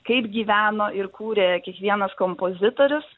kaip gyveno ir kūrė kiekvienas kompozitorius